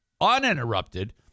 uninterrupted